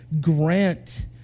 grant